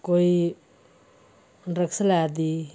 कोई ड्रगस लेआ दी